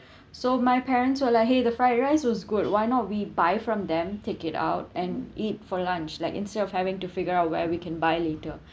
so my parents were like !hey! the fried rice was good why not we buy from them take it out and eat for lunch like instead of having to figure out where we can buy later